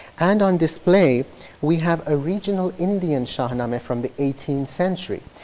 and on display we have a regional indian shahnameh from the eighteenth century.